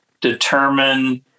determine